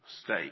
state